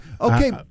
Okay